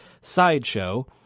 sideshow